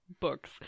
books